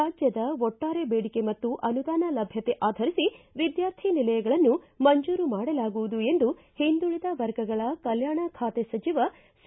ರಾಜ್ಯದ ಒಟ್ಲಾರೆ ಬೇಡಿಕೆ ಮತ್ತು ಅನುದಾನ ಲಭ್ಯತೆ ಆಧರಿಸಿ ವಿದ್ಯಾರ್ಥಿ ನಿಲಯಗಳನ್ನು ಮಂಜೂರು ಮಾಡಲಾಗುವುದು ಎಂದು ಹಿಂದುಳಿದ ವರ್ಗಗಳ ಕಲ್ಯಾಣ ಖಾತೆ ಸಚಿವ ಸಿ